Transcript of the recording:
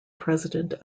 president